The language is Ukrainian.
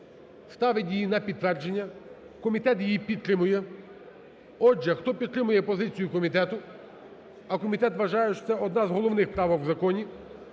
ставить її на підтвердження. Комітет її підтримує. Отже, хто підтримує позицію комітету, а комітет вважає, що це одна з головних правок в законі,